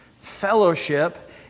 Fellowship